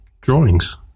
drawings